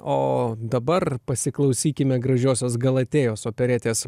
o dabar pasiklausykime gražiosios galatėjos operetės